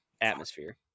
atmosphere